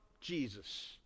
Jesus